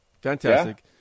Fantastic